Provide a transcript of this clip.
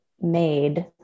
made